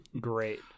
Great